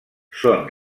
són